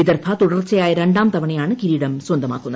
വിദർഭ തുടർച്ചയായ രണ്ടാം തവണയാണ് കിരീടം സ്വന്തമാക്കുന്നത്